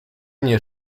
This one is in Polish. mnie